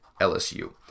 LSU